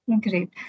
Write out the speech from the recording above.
Great